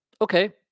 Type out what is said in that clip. Okay